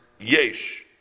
yesh